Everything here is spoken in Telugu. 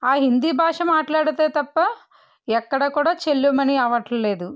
ఆ హిందీ భాష మాట్లాడితే తప్ప ఎక్కడ కూడా చలామణీ అవ్వట్లేదు